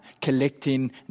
collecting